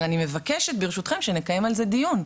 אבל אני מבקשת ברשותכם שנקיים על זה דיון,